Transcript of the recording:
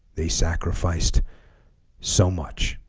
they sacrificed so much